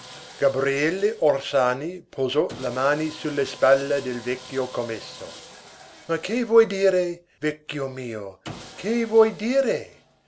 gabriele orsani posò le mani su le spalle del vecchio commesso ma che vuoi dire vecchio mio che vuoi dire